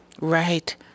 Right